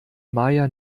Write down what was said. maja